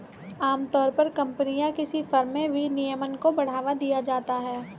आमतौर पर कम्पनी या किसी फर्म में विनियमन को बढ़ावा दिया जाता है